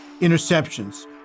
interceptions